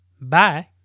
bye